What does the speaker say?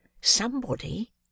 Somebody